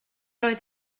oedd